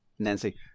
Nancy